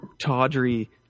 tawdry